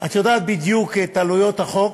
את יודעת בדיוק את עלויות החוק,